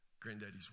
Granddaddy's